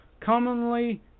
commonly